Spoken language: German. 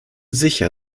sicher